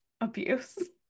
abuse